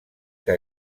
que